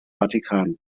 vatikan